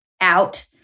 out